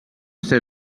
ser